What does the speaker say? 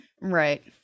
Right